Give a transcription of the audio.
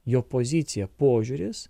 jo pozicija požiūris